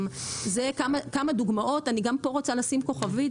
אלה כמה דוגמאות, אני גם פה רוצה לשים כוכבית.